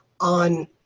on